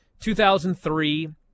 2003